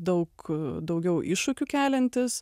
daug daugiau iššūkių keliantis